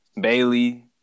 Bailey